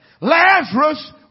Lazarus